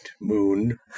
moon